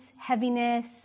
heaviness